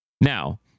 now